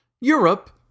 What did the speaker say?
Europe